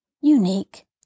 unique